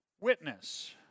witness